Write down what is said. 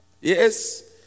Yes